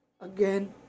Again